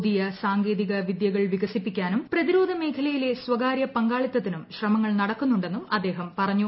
പുതിയ സാങ്കേതികവിദ്യകൾ വികസിപ്പിക്കാനും പ്രതിരോധ മേഖലയിലെ സ്വകാര്യ പങ്കാളിത്തത്തിനും ശ്രമങ്ങൾ നടക്കുന്നുണ്ടെന്നും അദ്ദേഹം പറഞ്ഞു